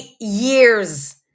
years